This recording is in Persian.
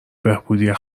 بهبودی